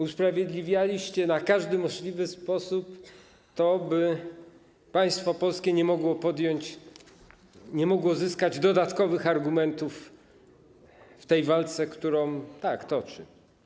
Usprawiedliwialiście na każdy możliwy sposób to, by państwo polskie nie mogło zyskać dodatkowych argumentów w tej walce, którą, tak, toczy.